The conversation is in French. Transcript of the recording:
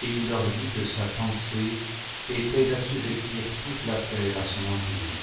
et il leur dit que sa pensée était d'assujettir toute la terre à son empire